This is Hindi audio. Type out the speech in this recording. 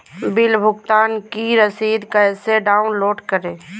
बिल भुगतान की रसीद कैसे डाउनलोड करें?